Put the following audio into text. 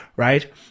right